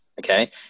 Okay